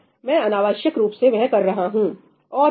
मैं अनावश्यक रूप से वह कर रहा हूं और क्या